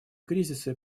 кризисы